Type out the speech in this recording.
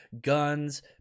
guns